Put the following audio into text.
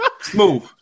Smooth